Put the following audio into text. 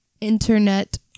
internet